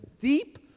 deep